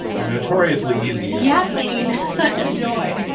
a notoriously easy. yes. i mean, such a joy.